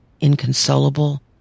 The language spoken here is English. inconsolable